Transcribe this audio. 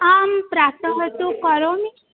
आं प्रातः तु करोमि